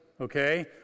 okay